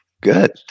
Good